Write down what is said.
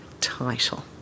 title